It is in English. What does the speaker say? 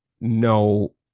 no